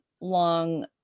long